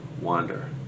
wander